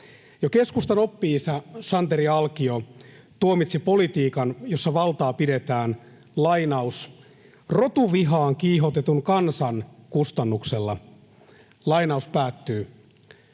keskustan oppi-isä Santeri Alkio tuomitsi politiikan, jossa valtaa pidetään ”rotuvihaan kiihotetun kansan kustannuksella”. Herra puhemies!